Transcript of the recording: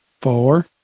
Four